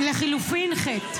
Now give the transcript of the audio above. לחלופין ח'.